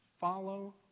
follow